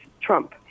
Trump